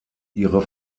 ihre